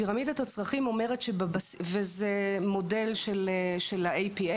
פירמידת הצרכים היא מודל של ה-APA,